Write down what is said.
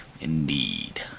indeed